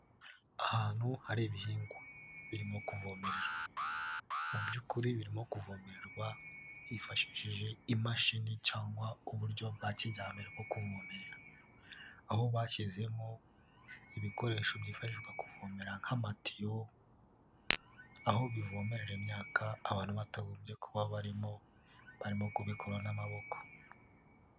Ahantu hari ibihingwa birimo kuvomererwa, mu by'ukuri birimo kuvomererwa hifashishijeje imashini cyangwa uburyo bwa kijyambere bwo kuvomererera, aho bashyizemowo ibikoresho byifashishwa kuvomera nk'amatiyo aho bivomerera imyaka abantu batagombye kuba barimo barimo kubikoraho n'amaboko.